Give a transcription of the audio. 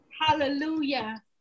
Hallelujah